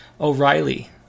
O'Reilly